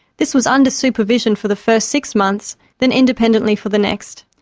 this was under supervision for the first six months then independently for the next.